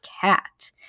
cat